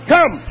Come